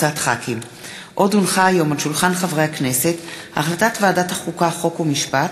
עליזה לביא,